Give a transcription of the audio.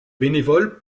bénévoles